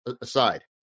aside